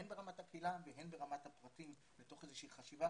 הן ברמת הקהילה והן ברמת הפרטים בתוך איזה שהיא חשיבה